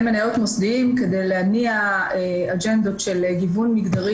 מניות מוסדיים כדי להניע אג'נדות של גיוון מגדרי